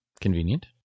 Convenient